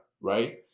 right